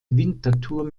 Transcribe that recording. winterthur